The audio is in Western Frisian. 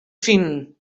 finen